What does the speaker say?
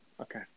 Okay